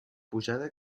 pujada